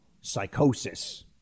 psychosis